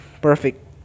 perfect